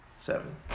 Seven